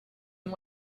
and